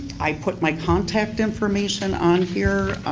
i put my contact information on here.